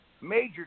major